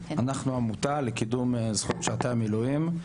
אנחנו עמותה לקידום זכות משרתי המילואים,